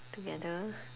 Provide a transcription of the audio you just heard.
together